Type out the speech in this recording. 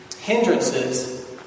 hindrances